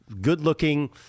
good-looking